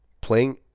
playing